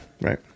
right